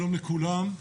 שלום לכולם,